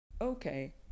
Okay